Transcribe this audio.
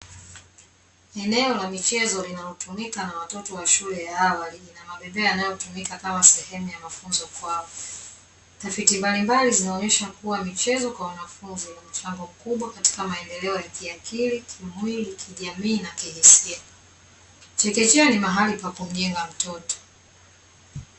Eneo la michezo linalotumika na watoto wa shule ya awali lina mabembea yanayotumika kama sehemu ya mafunzo kwao. Tafiti mbalimbali zinaonyesha kuwa michezo kwa wanafunzi ina mchango mkubwa katika maendeleo ya kiakili, kimwili, kijamii na kihisia. Chekechea ni mahali pakumjenga mtoto.